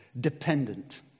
dependent